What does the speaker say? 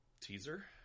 teaser